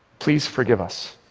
please forgive us